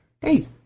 Hey